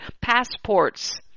passports